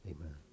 Amen